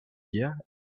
gear